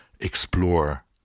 explore